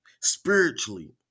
spiritually